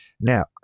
Now